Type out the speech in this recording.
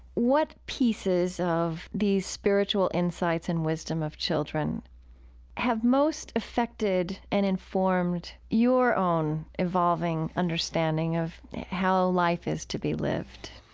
what pieces of these spiritual insights and wisdom of children have most affected and informed your own evolving understanding of how life is to be lived?